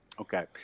Okay